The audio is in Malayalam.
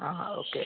അ അ ഓക്കെ